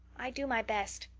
i do my best.